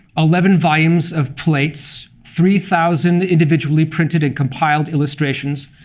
eleven volumes of plates, three thousand individually printed and compiled illustrations,